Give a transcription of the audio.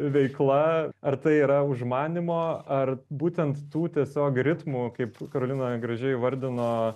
veikla ar tai yra užmanymo ar būtent tų tiesiog ritmų kaip karolina gražiai įvardino